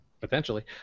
Potentially